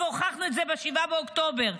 והוכחנו את זה ב-7 באוקטובר,